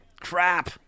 Crap